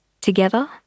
Together